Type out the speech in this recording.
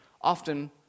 often